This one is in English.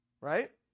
Right